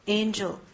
angel